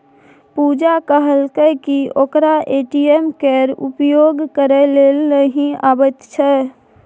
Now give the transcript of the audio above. पुजा कहलकै कि ओकरा ए.टी.एम केर प्रयोग करय लेल नहि अबैत छै